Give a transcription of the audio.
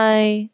Bye